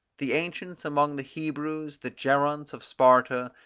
the ancients among the hebrews, the geronts of sparta,